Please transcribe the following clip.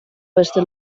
beste